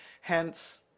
hence